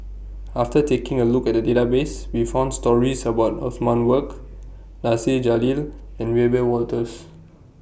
after taking A Look At The Database We found stories about Othman Wok Nasir Jalil and Wiebe Wolters